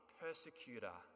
persecutor